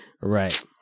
Right